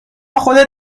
خودت